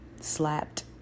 slapped